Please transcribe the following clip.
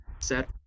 Set